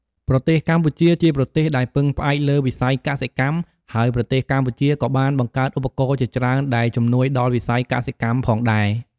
ប្រទេសកម្ពុជា ជាប្រទេសដែលពឹងផ្អែកលើវិស័យកសិកម្ម ហើយប្រទេសកម្ពុជាក៏បានបង្កើតឧបករណ៍ជាច្រើនដែលជំនួយដល់វិស័យកសិកម្មផងដែរ។